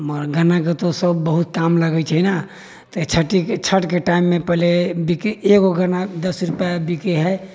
गन्नाके तऽ सभ बहुत काम लगै छै न तऽ छठि छठिके टाइममे पहिले बिकी एगो गन्ना दस रुपआ मे बिकै है